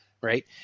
right